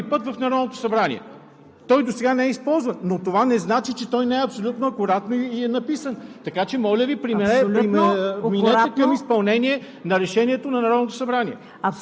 Единственият някакъв проблем би могъл да бъде, че този текст се използва за първи път в Народното събрание. Той досега не е използван, но това не значи, че не е абсолютно акуратно написан.